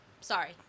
Sorry